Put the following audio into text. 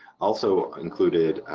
also included,